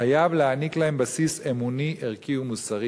חייב להעניק להם בסיס אמוני, ערכי ומוסרי.